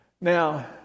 Now